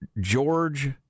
George